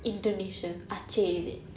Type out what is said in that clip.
indonesian aceh is it